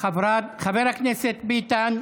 חבר הכנסת ביטן,